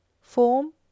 form